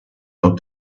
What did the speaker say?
how